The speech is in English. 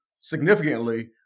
significantly